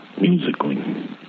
musically